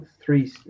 three